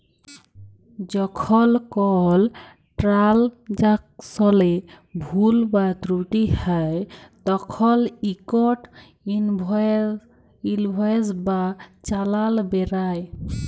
যখল কল ট্রালযাকশলে ভুল বা ত্রুটি হ্যয় তখল ইকট ইলভয়েস বা চালাল বেরাই